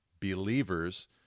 believers